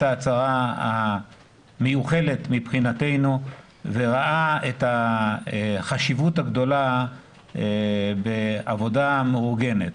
ההצהרה המיוחלת מבחינתנו וראה את החשיבות הגדולה בעבודה מאורגנת.